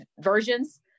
versions